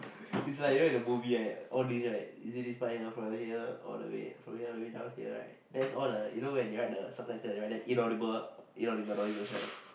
is like you know in the movie right all these right is this fly here from here all the way follow all the way down here right there's all you know when they write the subtitles they write the the inaudible inaudible noises right